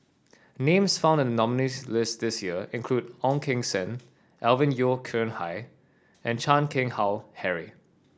names found in the nominees' list this year include Ong Keng Sen Alvin Yeo Khirn Hai and Chan Keng Howe Harry